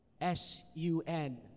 S-U-N